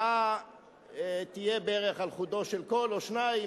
שההצבעה תהיה בערך על חודו של קול או שניים,